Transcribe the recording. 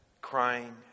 crying